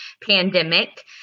pandemic